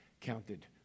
counted